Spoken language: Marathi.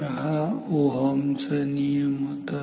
तर हा ओहमचा नियम होता